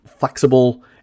Flexible